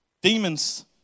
Demons